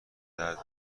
درد